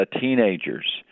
teenagers